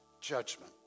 judgment